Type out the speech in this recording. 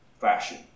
fashion